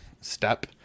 step